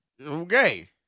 okay